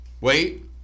Wait